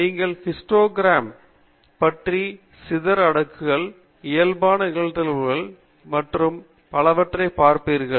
நீங்கள் ஹிஸ்டோக்ராம்ஸ் பெட்டி விளக்கப்படங்கள் சிதர் அடுக்குகள் இயல்பான நிகழ்தகவு தளங்கள் மற்றும் பலவற்றைப் பார்ப்பீர்கள்